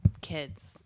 kids